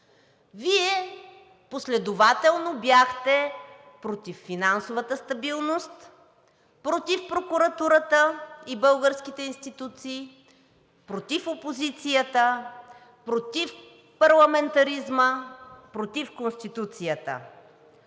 Вие последователно бяхте против финансовата стабилност, против прокуратурата и българските институции, против опозицията, против парламентаризма, против Конституцията.